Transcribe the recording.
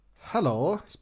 Hello